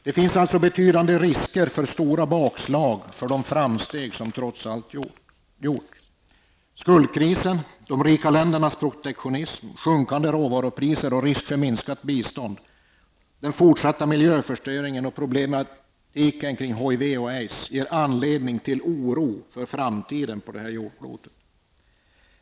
Det finns alltså betydande risker för stora bakslag för de framsteg som trots allt gjorts. Skuldkrisen, de rika ländernas protektionism, sjunkande råvarupriser och risk för minskat bistånd, fortsatt miljöförstöring och hiv och aidsproblematiken ger anledning till oro för framtiden på jordklotet.